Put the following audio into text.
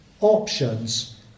options